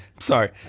Sorry